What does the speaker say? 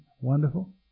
Wonderful